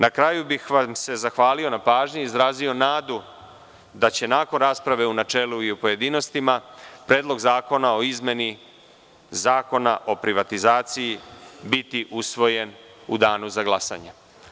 Na kraju bih vam se zahvalio na pažnji i izrazio nadu da će nakon rasprave u načelu i u pojedinostima Predlog zakona o izmeni Zakona o privatizaciji biti usvojen u danu za glasanje.